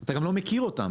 אתה לא מכיר אותם,